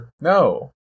No